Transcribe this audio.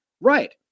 Right